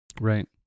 right